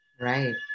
right